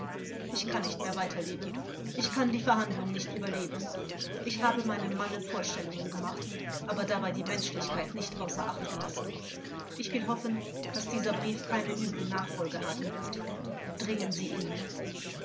ich kann nicht mehr weiter leben ich kann die verhandlung nicht überleben ich habe meinem manne vorstellungen gemacht aber dabei die menschlichkeit nicht außer acht gelassen ich will hoffen daß dieser brief keine üble nachfolge haben wird dringen sie in ihn